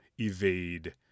evade